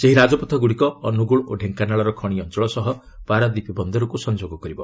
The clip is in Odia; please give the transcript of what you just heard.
ସେହି ରାଜପଥଗ୍ରଡିକ ଅନ୍ତଗ୍ରଳ ଓ ଢେଙ୍କାନାଳର ଖଣି ଅଞ୍ଚଳ ସହ ପାରାଦୀପ ବନ୍ଦରକୁ ସଂଯୋଗ କରିବ